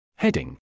Heading